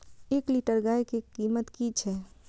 एक लीटर गाय के कीमत कि छै?